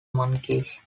monkees